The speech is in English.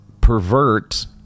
pervert